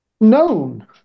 known